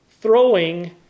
throwing